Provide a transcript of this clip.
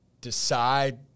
decide